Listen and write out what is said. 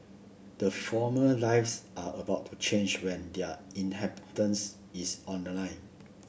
the former lives are about to change when their is on the line